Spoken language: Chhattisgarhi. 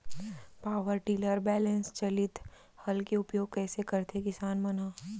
पावर टिलर बैलेंस चालित हल के उपयोग कइसे करथें किसान मन ह?